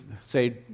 say